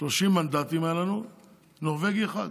30 מנדטים, נורבגי אחד,